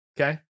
Okay